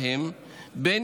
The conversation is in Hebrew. בין